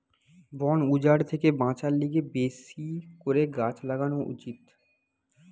বন উজাড় থেকে বাঁচার লিগে বেশি করে গাছ লাগান উচিত